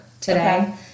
today